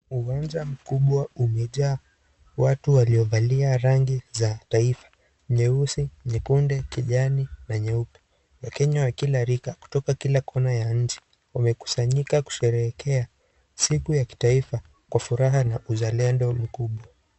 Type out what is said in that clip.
Uwanja mkubwa umejaa watu waliovalia rangi za taifa, nyeusi, nyekundu, kijani na nyeupe. Wakenya wa kila rika, kutoka kila kona ya nchi, wamekusanyika kusherehekea siku ya kitaifa kwa furaha na uzalendo mkubwa.